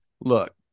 look